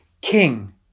king